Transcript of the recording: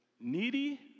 Needy